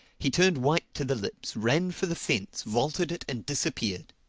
he turned white to the lips, ran for the fence, vaulted it and disappeared.